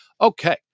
okay